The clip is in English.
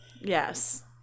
Yes